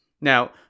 Now